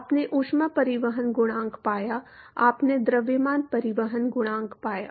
आपने ऊष्मा परिवहन गुणांक पाया आपने द्रव्यमान परिवहन गुणांक पाया